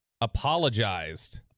apologized